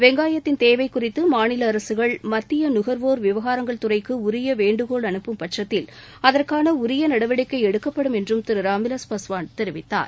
வெங்காயத்தின் தேவை குறித்து மாநில அரசுகள் மத்திய நுகர்வோர் விவகாரங்கள் துறைக்கு உரிய வேண்டுகோள் அனுப்பும்பட்சத்தில் அதற்னான உரிய நடவடிக்கை எடுக்கப்படும் என்று திரு ராம்விலாஸ் பாஸ்வான் தெரிவித்தார்